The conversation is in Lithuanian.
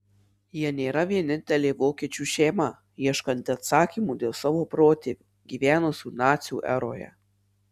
jie nėra vienintelė vokiečių šeima ieškanti atsakymų dėl savo protėvių gyvenusių nacių eroje